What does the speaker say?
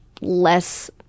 less